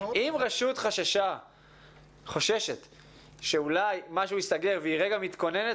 צריך להגיד שאם רשות חוששת שאולי משהו ייסגר והיא מתכוננת,